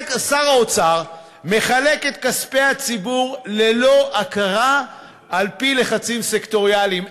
ושר האוצר מחלק את כספי הציבור ללא הכרה על-פי לחצים סקטוריאליים,